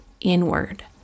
inward